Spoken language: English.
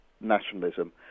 nationalism